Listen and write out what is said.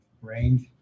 range